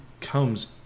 comes